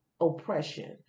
oppression